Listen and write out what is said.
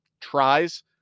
tries